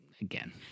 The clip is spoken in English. again